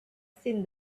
seen